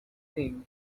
think